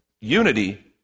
Unity